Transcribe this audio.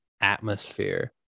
atmosphere